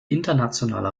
internationale